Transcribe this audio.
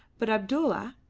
but abdulla,